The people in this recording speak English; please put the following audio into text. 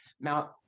Now